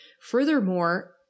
Furthermore